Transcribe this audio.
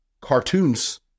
Cartoons